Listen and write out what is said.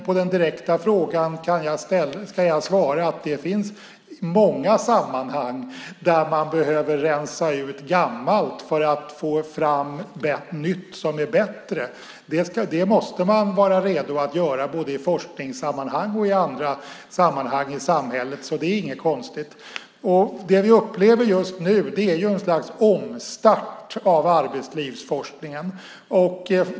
På den direkta frågan kan jag svara att det finns många sammanhang där man behöver rensa ut gammalt för att få något nytt som är bättre. Det måste man vara redo att göra både i forskningssammanhang och i andra sammanhang i samhället, så det är inget konstigt. Det vi just nu upplever är ett slags omstart av arbetslivsforskningen.